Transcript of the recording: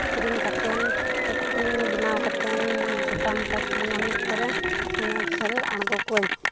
ᱠᱤᱨᱤᱧ ᱠᱟᱛᱮᱱ ᱮᱠᱴᱤᱝ ᱵᱮᱱᱟᱣ ᱠᱟᱛᱮ ᱪᱷᱳᱴᱟ ᱢᱳᱴᱟ ᱴᱩᱨᱱᱟᱢᱮᱱᱴ ᱠᱚᱨᱮ ᱚᱱᱮ ᱠᱷᱮᱞ ᱟᱬᱜᱚ ᱠᱚᱣᱟᱧ